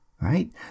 right